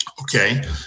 Okay